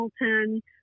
hamilton